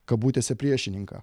kabutėse priešininką